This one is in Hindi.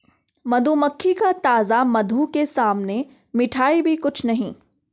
मधुमक्खी का ताजा मधु के सामने मिठाई भी कुछ नहीं